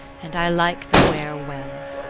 and i like the wear well.